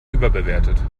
überbewertet